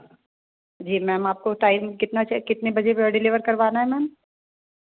जी ma'am आपको time कितना कितने बजे डिलेवर करवाना है मैम